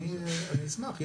אני אשמח.